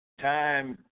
time